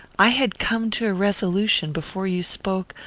i had come to a resolution, before you spoke,